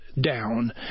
down